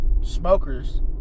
smokers